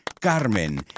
Carmen